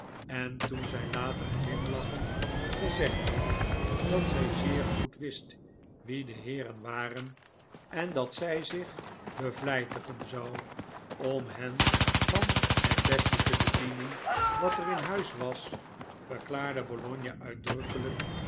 en toen zij later glimlachend gezegd had dat zij zeer goed wist wie de heeren waren en dat zij zich bevlijtigen zou om hen van het beste te bedienen wat er in huis was verklaarde bologna uitdrukkelijk